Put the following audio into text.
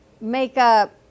makeup